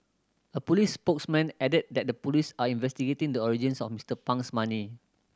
a police spokesman added that the police are investigating the origins of Mister Pang's money